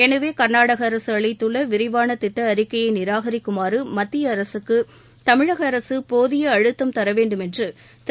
எனவே கர்நாடக அரசு அளித்துள்ள விரிவான திட்ட அறிக்கையை நிராகரிக்குமாறு மத்திய அரசுக்கு தமிழக அரசு போதிய அழுத்தம் தர வேண்டும என்று திரு